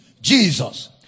Jesus